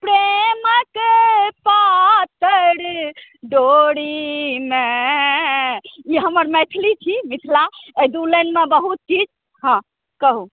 प्रेमक पातर डोरीमे ई हमर मैथिली छी मिथिला दू एहि लाइनमे बहुत किछु हँ कहू